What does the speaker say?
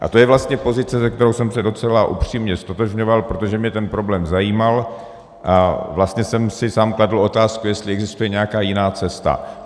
A to je vlastně pozice, se kterou jsem se docela upřímně ztotožňoval, protože mě ten problém zajímal a vlastně jsem si sám kladl otázku, jestli existuje nějaká jiná cesta.